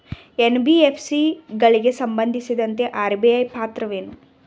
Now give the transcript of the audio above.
NBFC ಗಳಿಗೆ ಸಂಬಂಧಿಸಿದಂತೆ RBI ಪಾತ್ರವೇನು?